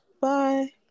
Bye